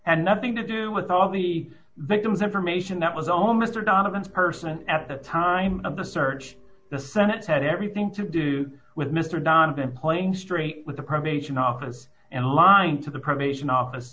and nothing to do with all the victims information that was all mr donovan's person at the time of the search the senate had everything to do with mr donovan playing straight with the probation office and line to the probation office